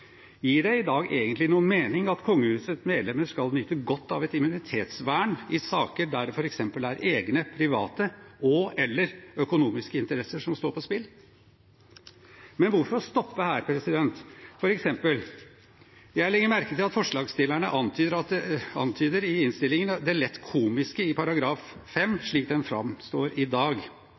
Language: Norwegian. Gir det i dag egentlig noen mening at kongehusets medlemmer skal nyte godt av et immunitetsvern i saker der det f.eks. er egne private og/eller økonomiske interesser som står på spill? Men hvorfor stoppe her? For eksempel: Jeg legger merke til i innstillingen at forslagsstillerne antyder det lett komiske i § 5 slik den framstår i dag.